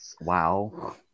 Wow